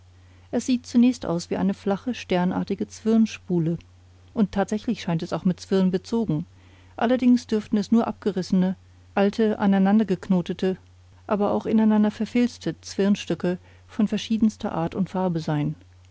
es sieht zunächst aus wie eine flache sternartige zwirnspule und tatsächlich scheint es auch mit zwirn bezogen allerdings dürften es nur abgerissene alte aneinander geknotete aber auch ineinander verfitzte zwirnstücke von verschiedenster art und farbe sein